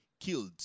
killed